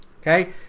Okay